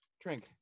drink